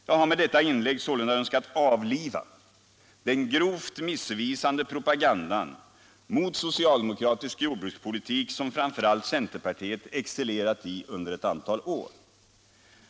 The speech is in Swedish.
Jag har med detta inlägg sålunda önskat avliva den grovt missvisande propagandan mot socialdemokratisk jordbrukspolitik som framför allt centerpartiet excellerat i under ett antal år.